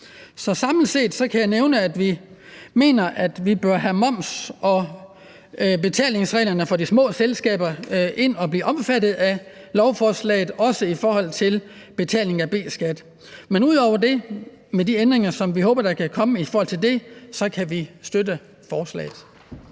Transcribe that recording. Så samlet set kan jeg nævne, at vi mener, at vi bør have moms- og betalingsreglerne for de små selskaber ind og være omfattet af lovforslaget. Det er også i forhold til betaling af B-skat. Men ud over det og med de ændringer, som vi håber kan komme her, kan vi støtte forslaget.